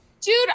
Dude